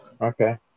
Okay